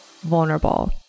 vulnerable